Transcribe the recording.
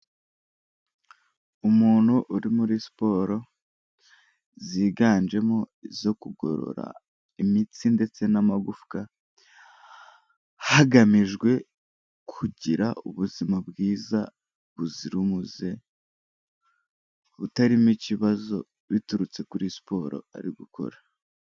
Umuntu uri muri siporo ziganjemo izo kugorora imitsi ndetse n'amagufwa hagamijwe kugira ubuzima bwiza buzira umuze, butarimo ikibazo biturutse kuri siporo ari gukora.